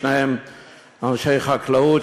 שניהם אנשי חקלאות,